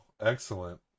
Excellent